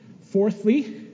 Fourthly